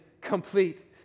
complete